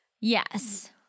Yes